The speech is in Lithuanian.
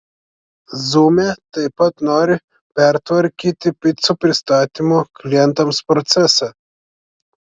zume taip pat nori pertvarkyti picų pristatymo klientams procesą